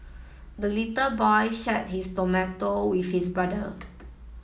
the little boy shared his tomato with his brother